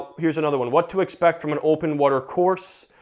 here's another one, what to expect from an open water course,